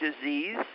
disease